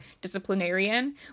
disciplinarian